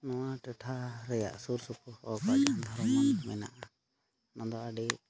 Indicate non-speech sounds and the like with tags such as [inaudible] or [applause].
ᱱᱚᱣᱟ ᱴᱚᱴᱷᱟ ᱨᱮᱭᱟᱜ ᱥᱩᱨᱥᱩᱯᱩᱨ [unintelligible] ᱟᱹᱰᱤᱜᱟᱱ ᱫᱷᱚᱨᱢ ᱢᱮᱱᱟᱜᱼᱟ ᱚᱱᱟ ᱫᱚ ᱟᱹᱰᱤ